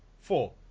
four